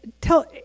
tell